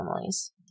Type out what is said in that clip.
families